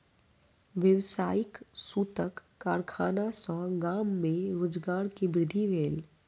व्यावसायिक सूतक कारखाना सॅ गाम में रोजगार के वृद्धि भेल